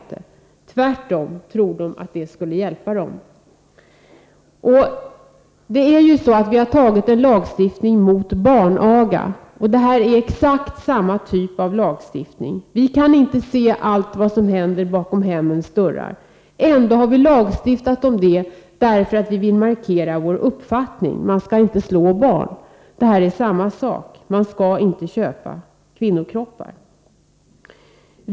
Tvärtom tror man att en sådan skulle vara till hjälp för dem. Vi har ju antagit en lagstiftning mot barnaga. Det här är exakt samma typ av lagstiftning. Vi kan inte se allt som händer bakom hemmens dörrar. Ändå har vi lagstiftat om det. Det har vi gjort därför att vi vill markera vår uppfattning: Man skall inte slå barn. Det här är samma sak: Man skall inte köpa kvinnokroppar.